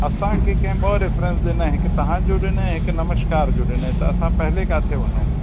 असांखे कंहिं ॿ रेफ़िरंसिस ॾिना हिकु तव्हांजो ॾिने हिकु नमश्कार जो ॾिने त असां पहले किथे वञऊं